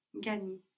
Gani